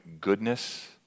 goodness